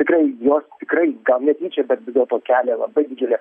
tikrai jos tikrai gal netyčia bet vis dėlto kelia labai didžiulę